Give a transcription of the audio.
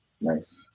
Nice